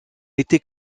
été